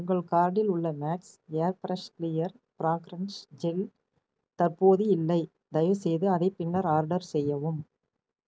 உங்கள் கார்ட்டில் உள்ள Max Airfresh clear fragrance gel தற்போது இல்லை தயவுசெய்து அதை பின்னர் ஆர்டர் செய்யவும்